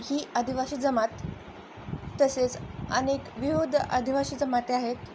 ही आदिवासी जमात तसेच अनेक विहुद आदिवासी जमाती आहेत